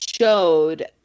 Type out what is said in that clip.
showed